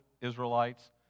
Israelites